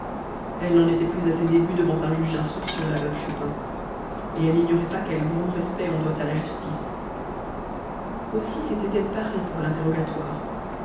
elle n'en était plus à ses débuts devant un juge d'instruction la veuve chupin et elle n'ignorait pas quel grand respect on doit à la justice aussi s'était-elle parée pour l'interrogatoire